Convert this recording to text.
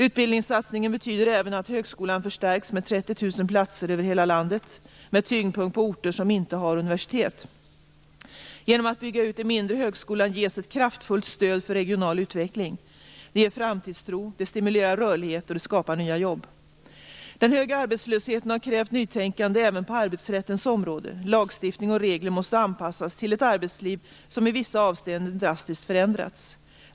Utbildningssatsningen betyder även att högskolan förstärks med 30 000 platser över hela landet, med tyngdpunkt på orter som inte har universitet. Genom utbyggnad av de mindre högskolorna ges ett kraftfullt stöd för regional utveckling. Det ger framtidstro, det stimulerar rörlighet och det skapar nya jobb. Den höga arbetslösheten har krävt nytänkande även på arbetsrättens område. Lagstiftning och regler måste anpassas till ett arbetsliv som i vissa avseenden drastiskt förändrats.